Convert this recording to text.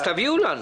אז תביאו לנו.